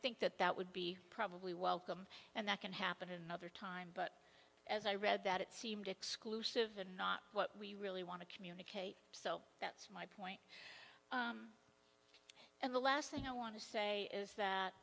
think that that would be probably welcome and that can happen another time but as i read that it seemed exclusive and not what we really want to communicate so that's my point and the last thing i want to say is that